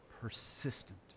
persistent